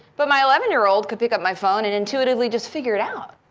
but my eleven year old could pick up my phone and intuitively just figure it out.